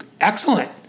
excellent